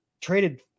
traded